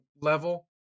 level